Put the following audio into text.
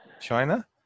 China